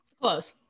close